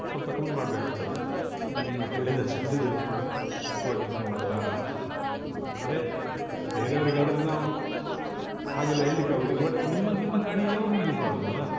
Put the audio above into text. ಸ್ವಲ್ಪ ಕಮ್ಮಿ ಮಾಡಬೇಕಾಗ್ತದೆ ನೀವು ಹೇಳಿದಷ್ಟು ಕೊಡ್ಲಿಕ್ಕೆ ನಮ್ಮ ಹತ್ರ ಅಂದರೆ ಬೇರೆ ಅವ್ರಿಗೆ ಆದ್ರೂ ನಾವು ಹಾಗೆಲ್ಲ ಹೇಳ್ಲಿಕ್ಕೆ ಆಗೊದಿಲ್ಲ ಬಟ್ ನಿಮ್ಮ ನಿಮ್ಮ ಗಾಡಿ ಯಾವಾಗಲೂ ಯೂಸ್ ಮಾಡೋದಲ್ಲ